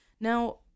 Now